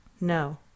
no